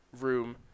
room